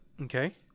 Okay